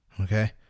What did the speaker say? okay